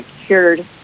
secured